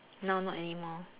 now not anymore